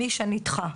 מי שנדחה.